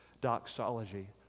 doxology